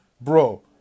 Bro